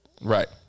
Right